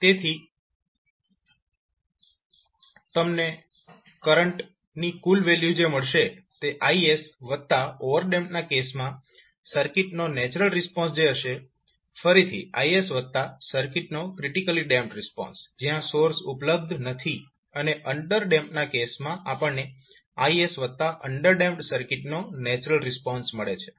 તેથી તમને કરંટ કુલ વેલ્યુ જે મળશે તે Is વત્તા ઓવરડેમ્પ્ડ કેસમાં સર્કિટનો નેચરલ રિસ્પોન્સ હશે ફરીથી Is વત્તા સર્કિટનો ક્રિટીકલી ડેમ્પ્ડ રિસ્પોન્સ જ્યા સોર્સ ઉપલબ્ધ નથી અને અન્ડરડેમ્પ્ડના કેસમાં આપણને Is વત્તા અન્ડરડેમ્પેડ સર્કિટનો નેચરલ રિસ્પોન્સ મળે છે